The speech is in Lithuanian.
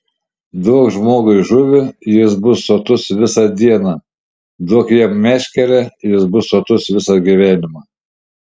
duok žmogui žuvį jis bus sotus visą dieną duok jam meškerę jis bus sotus visą gyvenimą